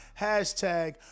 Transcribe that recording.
hashtag